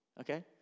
Okay